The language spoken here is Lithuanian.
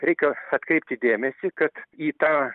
reikia atkreipti dėmesį kad į tą